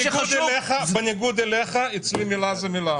מה שחשוב --- בניגוד אליך, אצלי מילה זו מילה.